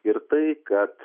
ir tai kad